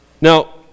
Now